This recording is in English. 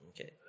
Okay